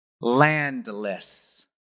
landless